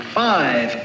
five